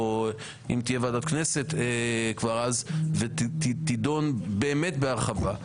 או אם תהיה ועדת כנסת עד אז ותידון באמת בהרחבה.